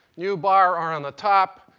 nu bar on the top,